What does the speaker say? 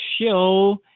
Show